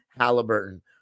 Halliburton